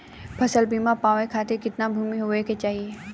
फ़सल बीमा पावे खाती कितना भूमि होवे के चाही?